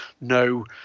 no